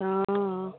हॅं हॅं